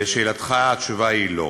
לשאלתך, התשובה היא לא.